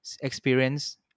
experience